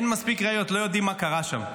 אין מספיק ראיות, לא יודעים מה קרה שם.